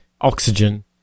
oxygen